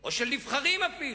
או של נבחרים, אפילו,